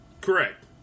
Correct